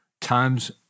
times